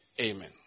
Amen